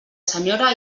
senyora